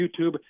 YouTube